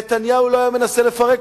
נתניהו לא היה מנסה לפרק